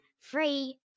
Free